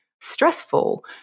Stressful